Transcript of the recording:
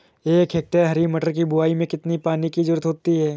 एक हेक्टेयर हरी मटर की बुवाई में कितनी पानी की ज़रुरत होती है?